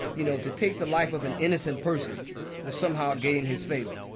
you know, to take the life of an innocent person will somehow gain his favor